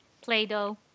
Play-Doh